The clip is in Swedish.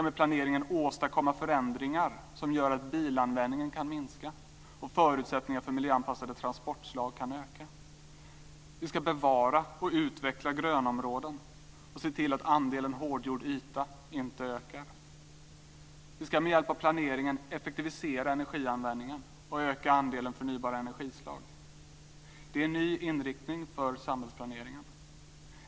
Med planeringen ska vi åstadkomma förändringar som gör att bilanvändningen kan minska och förutsättningar för miljöanpassade transportslag kan öka. Vi ska bevara och utveckla grönområden och se till att andelen hårdgjord yta inte ökar. Med hjälp av planeringen ska vi effektivisera energianvändningen och öka andelen förnybara energislag. Det är en ny inriktning för samhällsplaneringen.